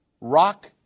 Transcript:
Rock